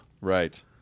Right